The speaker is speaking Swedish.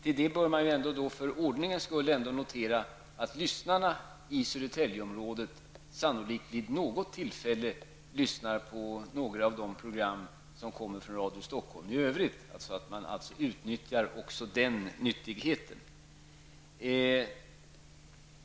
I samband med det bör man för ordningens skull notera att lyssnarna i Södertäljeområdet sannolikt vid något tillfälle lyssnar på några av de program som kommer från Radio Stockholm i övrigt, att man alltså utnyttjar också den nyttigheten.